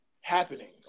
happenings